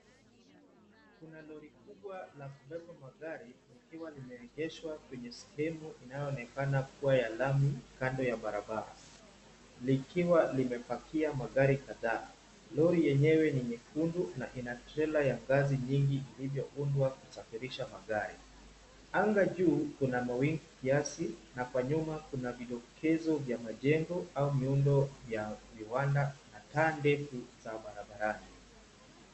Kuna Lori kubwa la kupepa magari likiwa limeegeshwa kwenye sehemu inaonekana kuwa ya lami kando ya barabara, likiwa limepakia magari kadhaa. Lori enyewe ni nyekundu na ina trela ya ngazi nyingi iliyoundwa kusafirisha magari. Angaa juu kuna mawingu kiazi na kwa nyuma kuna vidokezo vya majengo au muundo vya viwanda na tande za barabarani.